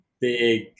big